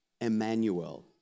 Emmanuel